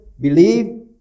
believe